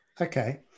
Okay